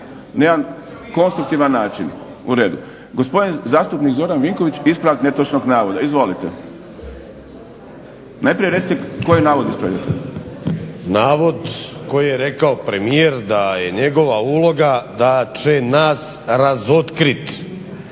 jedan konstruktivan način. U redu. Gospodin zastupnik Zoran Vinković, ispravak netočnog navoda. Izvolite. Najprije recite koji navod ispravljate. **Vinković, Zoran (HDSSB)** Navod koji je rekao premijer da je njegova uloga da će nas razotkriti.